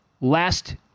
last